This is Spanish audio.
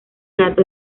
gato